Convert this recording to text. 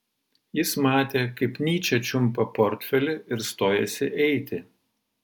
jis matė kaip nyčė čiumpa portfelį ir stojasi eiti